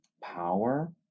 power